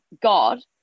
god